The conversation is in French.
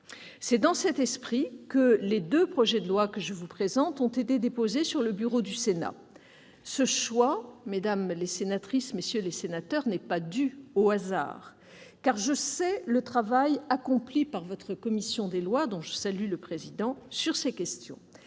C'est dans cet esprit que les deux projets de loi que je vous présente ont été déposés sur le bureau du Sénat. Ce choix, mesdames les sénatrices, messieurs les sénateurs, n'est pas dû au hasard : je sais le travail accompli par votre commission des lois sur ces questions.